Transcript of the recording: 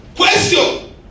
Question